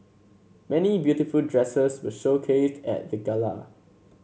many beautiful dresses were showcased at the gala